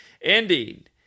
indeed